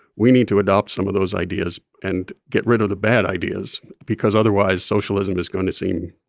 we need to adopt some of those ideas and get rid of the bad ideas because otherwise socialism is going to seem,